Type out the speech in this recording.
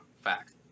Fact